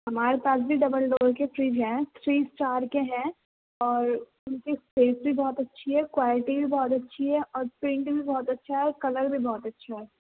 ہمارے پاس بھی ڈبل ڈور کے فریج ہیں فریج چار کے ہیں اور اُن کی سیفٹی بہت اچھی ہے کوالٹی بھی بہت اچھی ہے اور پرنٹنگ بھی بہت اچھا ہے اور کلر بھی بہت اچھا ہے